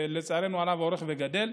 שלצערנו הרב הולך וגדל.